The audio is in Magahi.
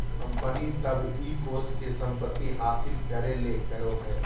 कंपनी तब इ कोष के संपत्ति हासिल करे ले करो हइ